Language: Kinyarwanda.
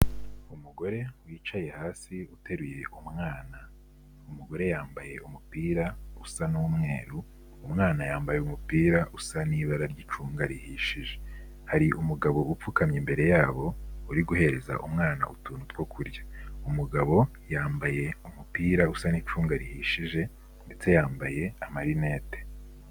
Umugore wicaye hasi uteruye umwana. Umugore yambaye umupira usa n'umweru, umwana yambaye umupira usa n'ibara ry'icunga rihishije. Hari umugabo upfukamye imbere yabo uri guhereza umwana utuntu two kurya. Umugabo yambaye umupira usa n'icunga rihishije ndetse yambaye amarinete.